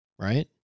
Right